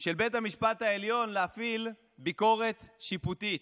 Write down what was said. של בית המשפט העליון להפעיל ביקורת שיפוטית.